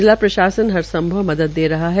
जिला प्रशासन हर संभव मदद दे रहा है